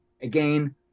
again